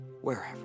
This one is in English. wherever